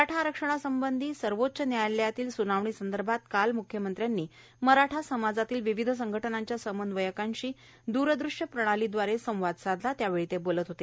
मराठा आरक्षणासंबंधी सर्वोच्च न्यायालयातल्या स्नावणीसंदर्भात काल मुख्यमंत्र्यांनी मराठा समाजातल्या विविध संघटनांच्या समन्वयकांशी द्रदृश्य प्रणालीद्वारे संवाद साधला त्यावेळी ते बोलत होते